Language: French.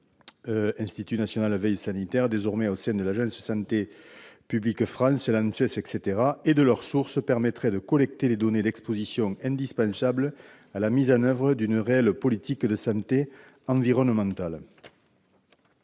l'Institut de veille sanitaire, désormais intégré au sein de l'agence Santé Publique France, l'ANSES, etc. -, englobant les sources de ces polluants, permettrait de collecter les données d'exposition indispensables à la mise en oeuvre d'une réelle politique de santé environnementale.